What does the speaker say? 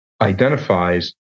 identifies